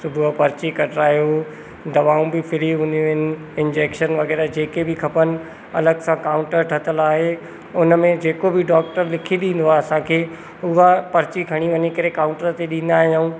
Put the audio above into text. सुबुह जो पर्ची कटिरायूं दवाऊं बि फ्री हूंदियूं आहिनि इंजैंक्शन वग़ैरह जेके बि खपनि अलॻि सां काउंटर ठातल आहे उन में जेको बि डॉक्टर लिखी ॾींदो आहे असांखे उहा पर्ची खणी वञी करे काउंटर ते ॾींदा आहियूं